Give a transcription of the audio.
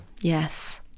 yes